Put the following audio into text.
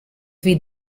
wie